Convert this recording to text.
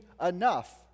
enough